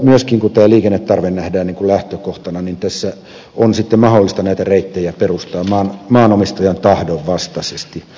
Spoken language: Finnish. kun tässä liikennetarve nähdään lähtökohtana näitä reittejä on myöskin mahdollista perustaa maanomistajan tahdon vastaisesti